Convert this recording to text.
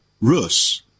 Rus